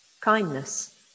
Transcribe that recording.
kindness